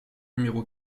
numéro